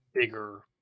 bigger